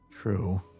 True